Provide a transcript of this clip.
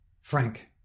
Frank